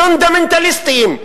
פונדמנטליסטיים,